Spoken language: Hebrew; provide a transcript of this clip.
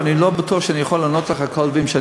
אני לא בטוח שאני יכול לענות לך על כל הדברים,